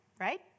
Right